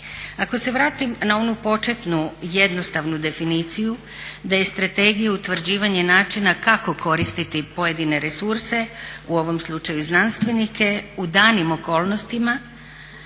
Ako se vratim na onu početnu jednostavnu definiciju da je strategija utvrđivanje načina kako koristiti pojedine resurse u ovom slučaju znanstvenike u danim okolnostima